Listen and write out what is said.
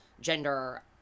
gender